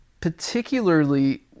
particularly